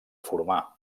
formar